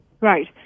Right